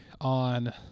on